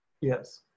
Yes